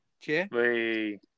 Cheers